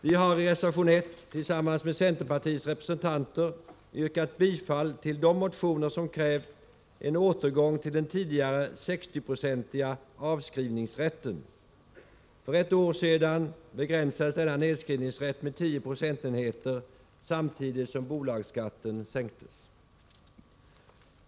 Vi har i reservation 1 tillsammans med centerpartiets representanter yrkat bifall till de motioner som krävt en återgång till den tidigare 60-procentiga avskrivningsrätten. För ett år sedan begränsades denna nedskrivningsrätt med 10 procentenheter samtidigt som bolagsskatten sänktes.